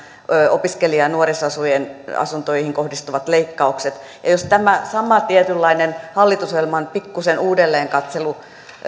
opiskelija ja nuorisoasuntoihin kohdistuvat leikkaukset ja jos tämä sama tietynlainen hallitusohjelman pikkuinen uudelleenkatselu